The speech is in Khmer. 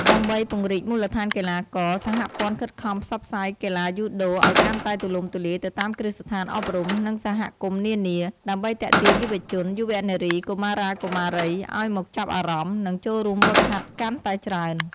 ដើម្បីពង្រីកមូលដ្ឋានកីឡាករ សហព័ន្ធខិតខំផ្សព្វផ្សាយកីឡាយូដូឲ្យកាន់តែទូលំទូលាយទៅតាមគ្រឹះស្ថានអប់រំ និងសហគមន៍នានា ដើម្បីទាក់ទាញយុវជន យុវនារី កុមារា កុមារី ឲ្យមកចាប់អារម្មណ៍ និងចូលរួមហ្វឹកហាត់កាន់តែច្រើន ។